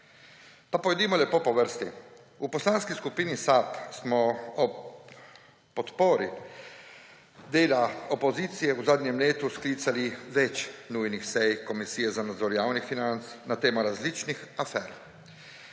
Pa pojdimo lepo po vrsti. V Poslanski skupini SAB smo ob podpori dela opozicije v zadnjem letu sklicali več nujnih sej Komisije za nadzor javnih financ na temo različnih afer.